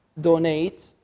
donate